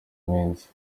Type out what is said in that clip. minsi